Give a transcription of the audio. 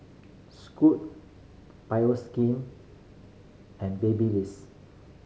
Scoot Bioskin and Babyliss